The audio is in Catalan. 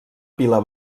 pila